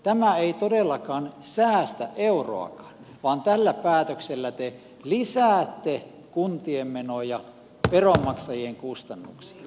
tämä ei todellakaan säästä euroakaan vaan tällä päätöksellä te lisäätte kuntien menoja veronmaksajien kustannuksella